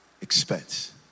expense